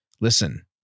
listen